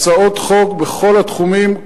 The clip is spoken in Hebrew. הצעות חוק בכל התחומים.